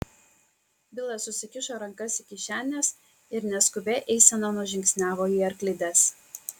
bilas susikišo rankas į kišenes ir neskubia eisena nužingsniavo į arklides